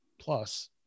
plus